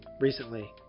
recently